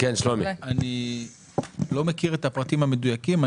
אני לא מכיר את הפרטים המדויקים.